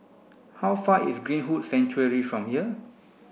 how far is Greenwood Sanctuary from here